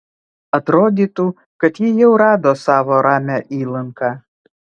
atrodytų kad ji jau rado savo ramią įlanką